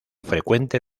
frecuente